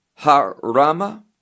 Harama